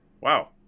Wow